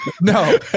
No